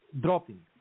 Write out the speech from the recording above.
Dropping